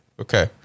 Okay